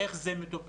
איך זה מטופל.